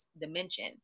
dimension